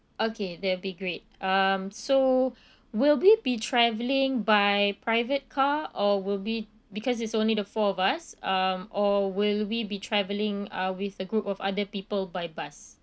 okay that will be great um so will we be travelling by private car or we'll be because it's only the four of us um or will we be travelling uh with a group of other people by bus